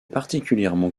particulièrement